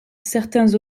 certains